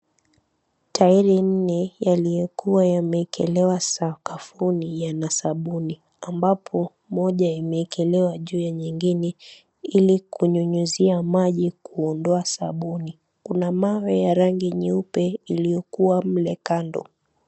Tairi nne yaliyokuwa yameekwa sakafuni yana sabuni ambapo moja imeekelewa juu ya nyingine ili kunyunyizia maji kuondoa sabuni. Kuna mawe ya rangi nyeupe iliyokuwa mle kando.